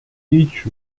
teach